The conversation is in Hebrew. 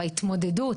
וההתמודדות